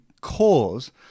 cause